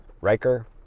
Riker